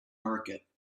market